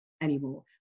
anymore